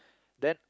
then